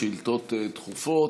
שאילתות דחופות.